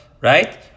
Right